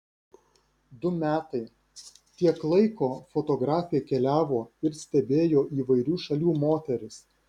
du metai tiek laiko fotografė keliavo ir stebėjo įvairių šalių moteris